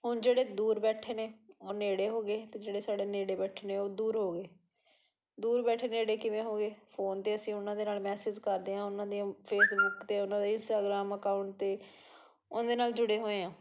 ਹੁਣ ਜਿਹੜੇ ਦੂਰ ਬੈਠੇ ਨੇ ਉਹ ਨੇੜੇ ਹੋ ਗਏ ਅਤੇ ਜਿਹੜੇ ਸਾਡੇ ਨੇੜੇ ਬੈਠੇ ਨੇ ਉਹ ਦੂਰ ਹੋ ਗਏ ਦੂਰ ਬੈਠੇ ਨੇੜੇ ਕਿਵੇਂ ਹੋ ਗਏ ਫੋਨ 'ਤੇ ਅਸੀਂ ਉਹਨਾਂ ਦੇ ਨਾਲ ਮੈਸੇਜ ਕਰਦੇ ਹਾਂ ਉਹਨਾਂ ਦੀਆਂ ਫੇਸਬੁਕ 'ਤੇ ਉਹਨਾਂ ਦੇ ਇੰਸਟਾਗਰਾਮ ਅਕਾਊਂਟ 'ਤੇ ਉਹਦੇ ਨਾਲ ਜੁੜੇ ਹੋਏ ਹਾਂ